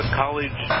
college